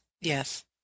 Yes